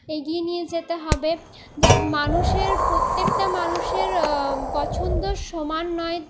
এগিয়ে নিয়ে যেতে হবে মানুষের প্রত্যেকটা মানুষের পছন্দ সমান নয়